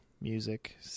music